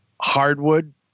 hardwood